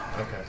Okay